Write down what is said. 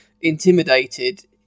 intimidated